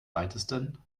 weitesten